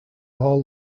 all